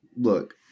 Look